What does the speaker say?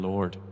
Lord